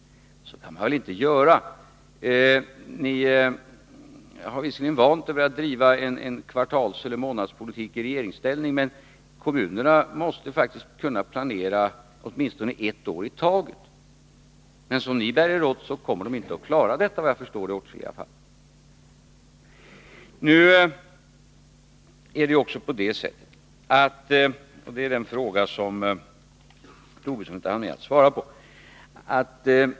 Så kan man väl inte göra! Ni har visserligen i regeringsställning vant er vid att driva en kvartalseller månadspolitik, men kommunerna måste faktiskt kunna planera åtminstone ett år i taget. Som ni bär er åt kommer de i åtskilliga fall såvitt jag förstår inte att klara det.